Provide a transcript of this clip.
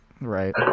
Right